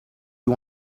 you